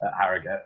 Harrogate